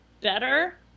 better